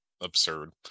absurd